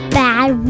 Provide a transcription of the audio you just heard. bad